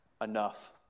Enough